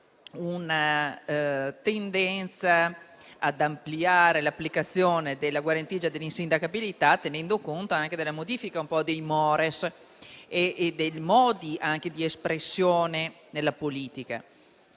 una tendenza ad ampliare l'applicazione della guarentigia dell'insindacabilità, tenendo conto anche della modifica dei *mores* e dei modi di espressione nella politica.